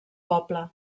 poble